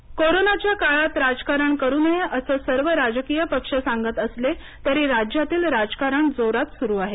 दरेकर कोरोनाच्या काळात राजकारण करू नये असं सर्व राजकीय पक्ष सांगत असले तरी राज्यातील राजकारण जोरात सुरू आहे